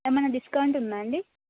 ఏమన్నా డిస్కౌంట్ ఉందండి